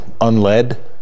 unled